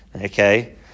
Okay